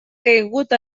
caigut